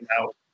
out